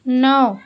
नौ